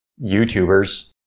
YouTubers